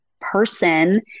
person